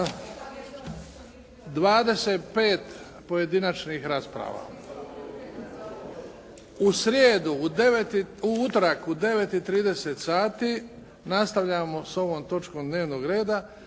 25 pojedinačnih rasprava. U utorak u 9,30 sati nastavljamo s ovom točkom dnevnog reda.